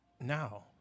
now